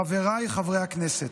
חבריי חברי הכנסת,